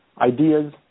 ideas